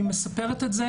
אני מספרת את זה,